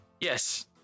Yes